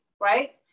right